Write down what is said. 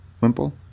Wimple